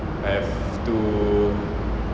I have to